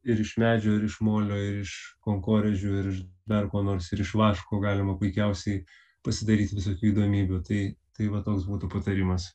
ir iš medžio ir iš molio ir iš konkorėžių ir iš dar ko nors ir iš vaško galima puikiausiai pasidaryt visokių įdomybių tai tai va toks būtų patarimas